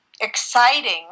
exciting